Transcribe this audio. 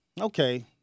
Okay